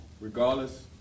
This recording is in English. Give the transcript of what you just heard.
regardless